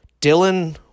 Dylan